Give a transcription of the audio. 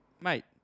Mate